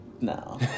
No